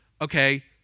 okay